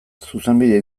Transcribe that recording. zuzenbide